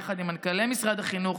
יחד עם מנכ"לי משרד החינוך,